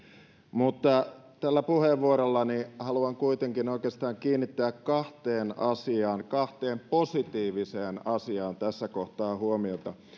mutta tällä puheenvuorollani haluan kuitenkin oikeastaan kiinnittää kahteen asiaan kahteen positiiviseen asiaan tässä kohtaa huomiota